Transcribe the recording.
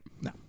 No